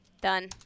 Done